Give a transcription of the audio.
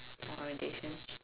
orientation